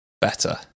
better